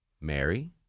Mary